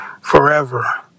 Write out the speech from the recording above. forever